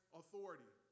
authority